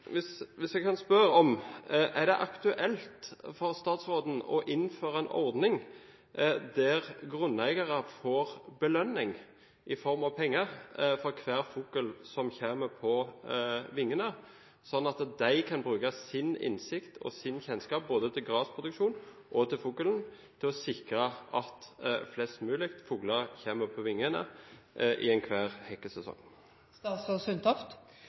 jeg spørre: Er det aktuelt for statsråden å innføre en ordning der grunneiere får belønning i form av penger for hver fugl som kommer på vingene, sånn at de kan bruke sin innsikt og sin kjennskap både til grasproduksjon og til fuglen til å sikre at flest mulig fugler kommer på vingene i enhver